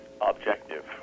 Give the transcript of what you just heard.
objective